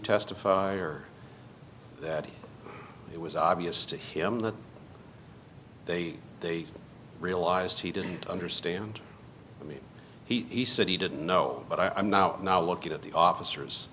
testify that it was obvious to him that they they realized he didn't understand i mean he said he didn't know but i'm now now look at the officers